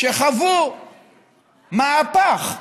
שחוו מהפך,